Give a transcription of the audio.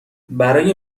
برای